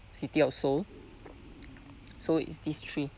city of seoul so it's this three